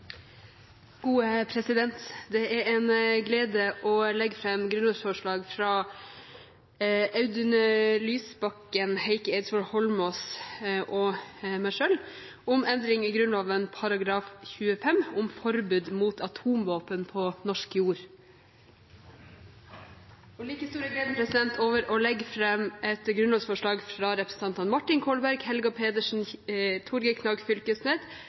Det er en glede å kunne framsette grunnlovsforslag fra representantene Audun Lysbakken, Heikki Eidsvoll Holmås og meg selv om endring i § 25, om forbud mot atomvåpen på norsk jord. En like stor glede er det å kunne legge fram grunnlovsforslag fra representantene Martin Kolberg, Helga Pedersen, Torgeir Knag Fylkesnes,